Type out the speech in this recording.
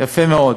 יפה מאוד.